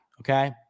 Okay